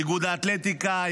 איגוד האתלטיקה,